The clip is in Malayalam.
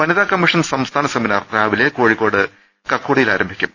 വനിതാകമ്മീഷൻ സംസ്ഥാന സെമിനാർ രാവിലെ കോഴിക്കോട് കക്കോടിയിൽ ആരംഭിക്കും